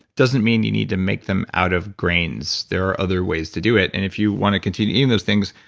doesn't mean you need to make them out of grains. there are other ways to do it, and if you wanna continue eating those things,